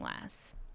less